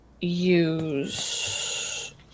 use